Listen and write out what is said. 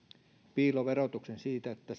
piiloverotuksen siitä että